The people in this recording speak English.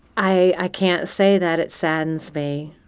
i can't say that it saddens me.